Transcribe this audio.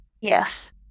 Yes